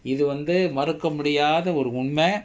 இது வந்து மறுக்க முடியாத ஒரு உண்ம:ithu vanthu maraka mudiyaatha oru unma